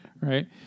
Right